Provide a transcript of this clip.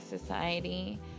society